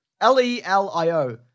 L-E-L-I-O